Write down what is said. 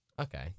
Okay